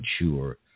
mature